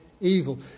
evil